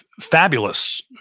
fabulous